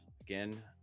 again